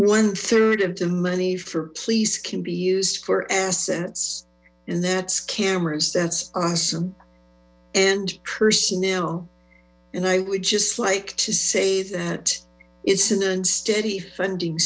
one third of the money for police can be used for assets and that's cameras that's awesome and personnel and i would just like to say that it's an unsteady funding